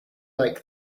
like